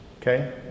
Okay